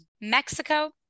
Mexico